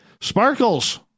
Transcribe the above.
Sparkles